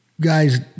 Guys